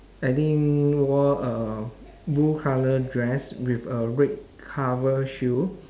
I think wore a blue colour dress with a red cover shoe